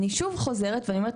אני שוב חוזרת ואומרת,